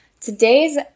Today's